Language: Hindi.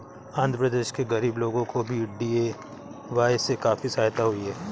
आंध्र प्रदेश के गरीब लोगों को भी डी.ए.वाय से काफी सहायता हुई है